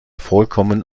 vollkommen